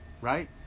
right